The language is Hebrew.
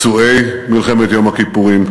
פצועי מלחמת יום הכיפורים,